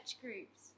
groups